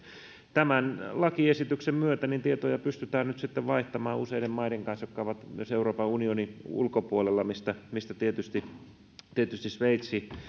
tämän lakiesityksen myötä tietoja pystytään vaihtamaan useiden maiden kanssa jotka ovat myös euroopan unionin ulkopuolella mistä mistä tietysti tietysti sveitsi on